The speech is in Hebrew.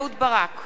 אינו נוכח